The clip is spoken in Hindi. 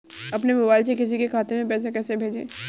अपने मोबाइल से किसी के खाते में पैसे कैसे भेजें?